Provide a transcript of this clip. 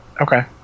Okay